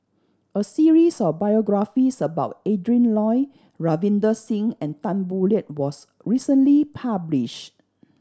a series of biographies about Adrin Loi Ravinder Singh and Tan Boo Liat was recently published